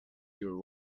your